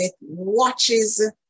watches